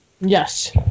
Yes